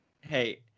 Hey